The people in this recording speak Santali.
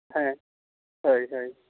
ᱦᱮᱸ ᱦᱳᱭ ᱦᱳᱭ